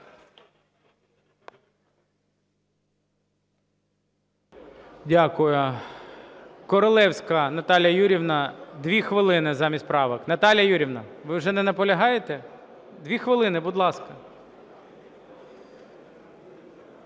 Дякую. Королевська Наталія Юріївна, дві хвилини замість правок. Наталія Юріївна, ви вже не наполягаєте? Дві хвилини, будь ласка.